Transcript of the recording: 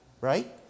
right